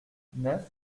neuf